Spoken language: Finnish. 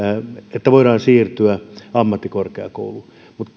että voidaan siirtyä ammattikorkeakouluun